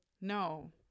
No